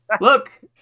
Look